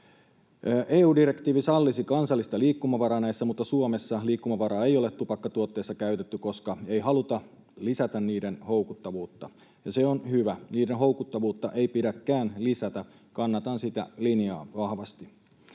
EU-direktiivi sallisi kansallista liikkumavaraa näissä, mutta Suomessa liikkumavaraa ei ole tupakkatuotteissa käytetty, koska ei haluta lisätä niiden houkuttavuutta. Se on hyvä. Niiden houkuttavuutta ei pidäkään lisätä. Kannatan sitä linjaa vahvasti.